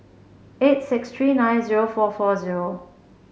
eight six three nine zero four four zero